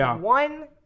one